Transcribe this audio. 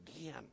again